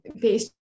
based